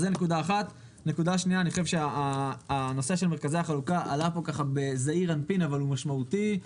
הנושא של מרכזי החלוקה עלה פה בזעיר אנפין אבל הוא משמעותי.